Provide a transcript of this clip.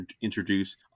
introduce